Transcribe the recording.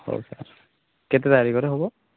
ହଉ ସାର୍ କେତେ ତାରିଖରେ ହେବ